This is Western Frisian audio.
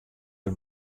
der